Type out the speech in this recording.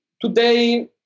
today